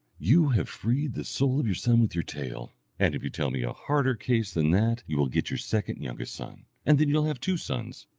you have freed the soul of your son with your tale and if you tell me a harder case than that you will get your second youngest son, and then you will have two sons.